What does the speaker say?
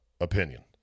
opinion